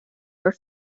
were